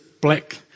black